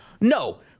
No